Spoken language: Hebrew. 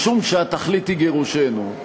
משום שהתכלית היא גירושנו,